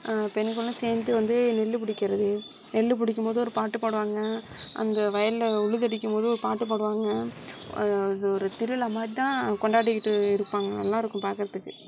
பெண்களும் சேர்ந்து வந்து நெல் பிடிக்கிறது நெல் பிடிக்கும்போது ஒரு பாட்டு பாடுவாங்க அங்கே வயலில் உழுதடிக்கும்போது ஒரு பாட்டு பாடுவாங்க அது ஒரு திருவிழா மாதிரிதான் கொண்டாடிகிட்டு இருப்பாங்க நல்லா இருக்கும் பார்க்கறதுக்கு